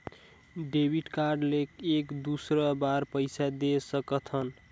Debit card ले एक दुसर बार पइसा दे सकथन?